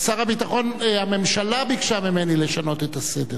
שר הביטחון, הממשלה ביקשה ממני לשנות את הסדר